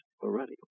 already